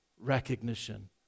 recognition